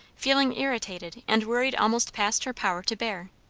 feeling irritated and worried almost past her power to bear.